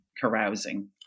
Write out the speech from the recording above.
carousing